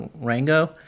Rango